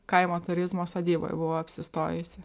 kaimo turizmo sodyboj buvau apsistojusi